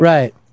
Right